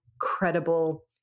credible